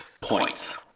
points